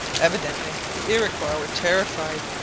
evidently the iroquois were terrified,